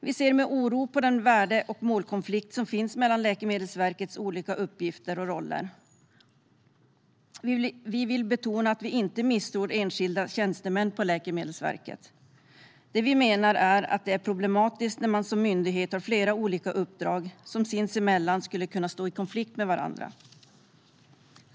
Vi ser med oro på den värde och målkonflikt som finns mellan Läkemedelsverkets olika uppgifter och roller. Vi vill betona att vi inte misstror enskilda tjänstemän på Läkemedelsverket. Det vi menar är att det är problematiskt när man som myndighet har flera olika uppdrag som sinsemellan skulle kunna stå i konflikt med varandra.